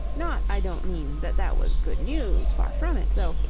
not, i don't mean, that that was good news, far from it, though,